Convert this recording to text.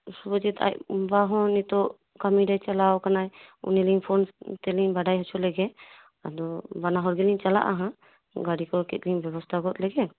ᱥᱩᱵᱷᱚᱡᱤᱛ ᱟᱡ ᱵᱟᱵᱟ ᱦᱚᱸ ᱱᱤᱛᱚᱜ ᱠᱟᱹᱢᱤᱨᱮᱭ ᱪᱟᱞᱟᱣ ᱠᱟᱱᱟ ᱩᱱᱤ ᱯᱤᱧ ᱯᱷᱳᱱ ᱛᱮᱞᱤᱧ ᱵᱟᱰᱟᱭ ᱦᱚᱪᱚ ᱞᱮᱜᱮ ᱟᱫᱚ ᱵᱟᱱᱟ ᱦᱚᱲ ᱜᱮᱞᱤᱧ ᱪᱟᱞᱟᱜᱼᱟ ᱦᱟᱸᱜ ᱜᱟᱹᱰᱤ ᱠᱚ ᱠᱟᱹᱡᱞᱤᱧ ᱵᱮᱵᱚᱥᱛᱟ ᱜᱚᱫ ᱞᱮᱜᱮ